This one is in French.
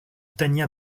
tania